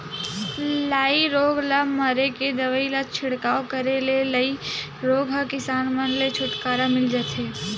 लाई रोग ल मारे के दवई ल छिड़काव करे ले लाई रोग ह किसान मन ले छुटकारा मिल जथे